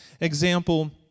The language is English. example